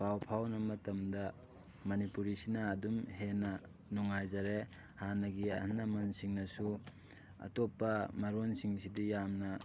ꯄꯥꯎ ꯐꯥꯎꯅ ꯃꯇꯝꯗ ꯃꯅꯤꯄꯨꯔꯤꯁꯤꯅ ꯑꯗꯨꯝ ꯍꯦꯟꯅ ꯅꯨꯡꯉꯥꯏꯖꯔꯦ ꯍꯥꯟꯅꯒꯤ ꯑꯍꯜ ꯂꯃꯟꯁꯤꯡꯅꯁꯨ ꯑꯇꯣꯞꯄ ꯃꯔꯣꯜꯁꯤꯡꯁꯤꯗꯤ ꯌꯥꯝꯅ